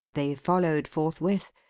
they followed forthwith,